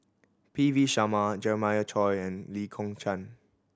P V Sharma Jeremiah Choy and Lee Kong Chian